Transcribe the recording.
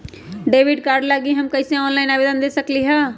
Debit card लागी हम कईसे ऑनलाइन आवेदन दे सकलि ह?